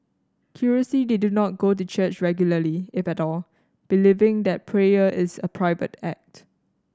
curiously they do not go to church regularly if at all believing that prayer is a private act